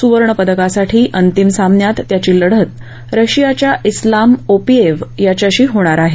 सुवर्णपदकासाठी अंतीम सामन्यात त्याची लढत रशियाच्या स्लाम ओपिएवशी होणार आहे